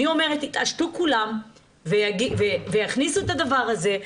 אני אומרת, יתעשתו כולם ויכניסו את הדבר הזה.